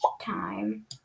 time